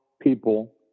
people